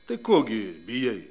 tai ko gi bijai